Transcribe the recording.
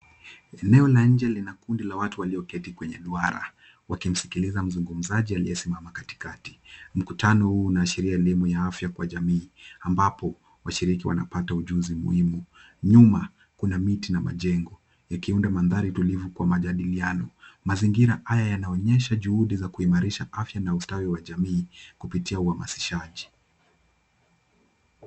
Eneo la nje lina kundi la watu walioketi kwenye duara, wakimsikiliza mzungumzaji aliyesimama katikati. Mkutano huu unaashiria elimu ya afya kwa jamii. ambapo washiriki wanapata elimu. Nyuma, kuna miti na majengo yakiunda mandhari tulivu kwa majadiliano. Mazingira haya yanaonyesha juhudi za kuimarisha afya na ustawi wa jamii, kupitia uhamasishaji.